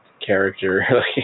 character